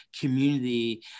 community